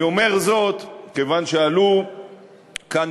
אני אומר זאת כיוון שעלו כאן,